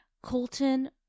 Colton